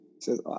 says